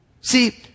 See